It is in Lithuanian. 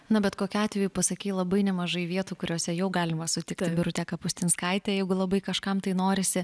na bet kokiu atveju pasakei labai nemažai vietų kuriose jau galima sutikti birutę kapustinskaitę jeigu labai kažkam tai norisi